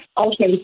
Okay